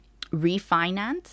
refinance